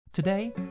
Today